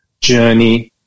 journey